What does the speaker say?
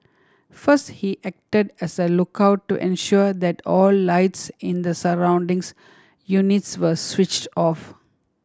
first he acted as a lookout to ensure that all lights in the surroundings units were switched off